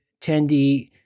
10D